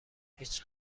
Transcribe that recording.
هیچ